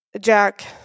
Jack